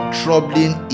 troubling